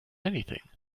anything